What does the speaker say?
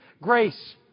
grace